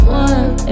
one